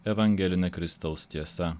evangelinė kristaus tiesa